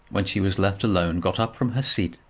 when she was left alone, got up from her seat,